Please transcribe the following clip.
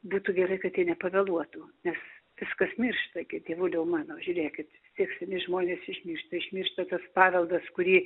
būtų gerai kad jie nepavėluotų nes viskas miršta gi dievuliau mano žiūrėkit tie seni žmonės išmiršta išmiršta tas paveldas kurį